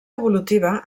evolutiva